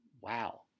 wow